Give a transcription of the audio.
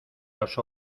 los